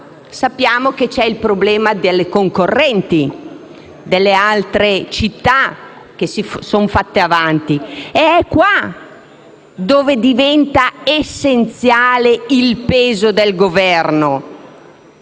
Sappiamo però che c'è il problema dei concorrenti e delle altre città che si sono fatte avanti ed è qua che diventa essenziale il peso del Governo.